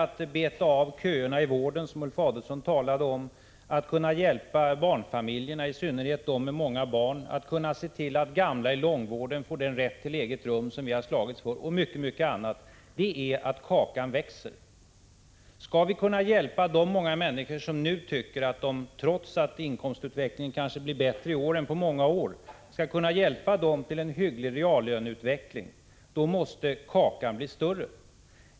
att beta av köerna i vården, som Ulf Adelsohn talade om, att kunna hjälpa barnfamiljerna, i synnerhet de med många barn, att kunna se till att gamla i långvården får den rätt till eget rum som vi har slagits för och mycket annat — det är att kakan växer. Skall vi kunna hjälpa de många människor som nu tycker att de inte klarar mer, trots att inkomstutvecklingen kanske blir bättre i år än på många år, till en hygglig reallöneutveckling, måste kakan bli större.